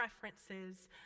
preferences